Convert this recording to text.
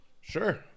Sure